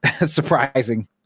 surprising